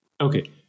Okay